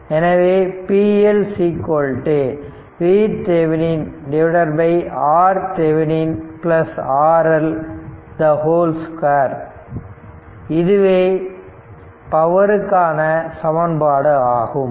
எனவே p L VThevenin RThevenin RL 2 இதுவே பவருக்கான சமன்பாடு ஆகும்